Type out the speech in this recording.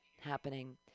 happening